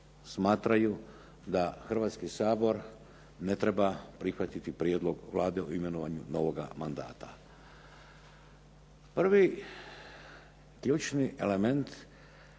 smatraju da Hrvatski sabor ne treba prihvatiti prijedlog Vlade o imenovanju novoga mandata. Prvi ključni element